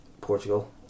Portugal